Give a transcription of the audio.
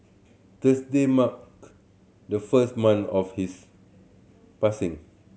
Thursday marked the first month of his passing